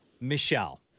Michelle